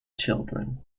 children